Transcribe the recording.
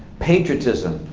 patriotism,